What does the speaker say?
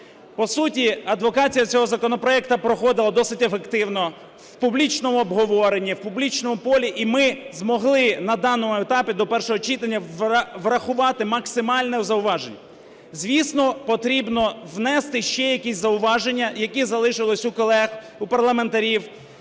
По суті адвокація цього законопроекту проходила досить ефективно. В публічному обговоренні. В публічному полі. І ми змогли на даному етапі до першого читання врахувати максимально зауважень. Звісно потрібно внести ще якісь зауваження, які залишились у колег у парламентарів.